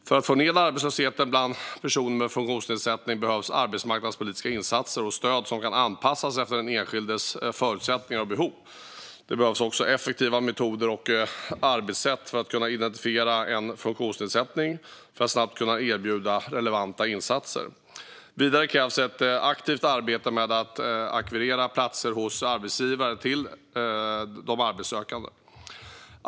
För att få ned arbetslösheten bland personer med funktionsnedsättning behövs arbetsmarknadspolitiska insatser och stöd som kan anpassas efter den enskildes förutsättningar och behov. Det behövs också effektiva metoder och arbetssätt för att kunna identifiera en funktionsnedsättning, för att snabbt kunna erbjuda relevanta insatser. Vidare krävs ett aktivt arbete med att ackvirera platser hos arbetsgivare till de arbetssökande.